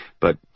But